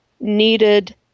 needed